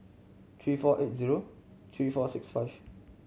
three four eight zero three four six five